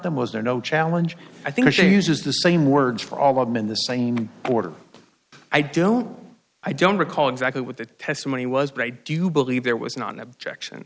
them was there no challenge i think she uses the same words for all of them in the same order i don't i don't recall exactly what the testimony was but i do believe there was not an objection